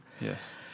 Yes